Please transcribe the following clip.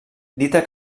dita